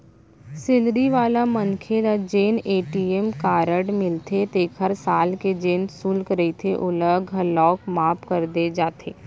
salary वाला मनखे ल जेन ए.टी.एम कारड मिलथे तेखर साल के जेन सुल्क रहिथे ओला घलौक माफ कर दे जाथे